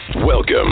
Welcome